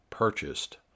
Purchased